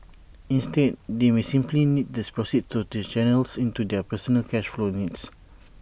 instead they may simply need the proceeds to channel into their personal cash flow needs